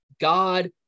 God